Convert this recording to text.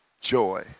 joy